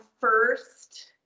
first